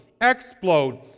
Explode